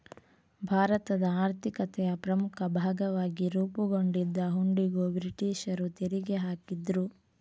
ಭಾರತದ ಆರ್ಥಿಕತೆಯ ಪ್ರಮುಖ ಭಾಗವಾಗಿ ರೂಪುಗೊಂಡಿದ್ದ ಹುಂಡಿಗೂ ಬ್ರಿಟೀಷರು ತೆರಿಗೆ ಹಾಕಿದ್ರು